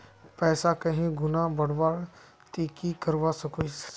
पैसा कहीं गुणा बढ़वार ती की करवा सकोहिस?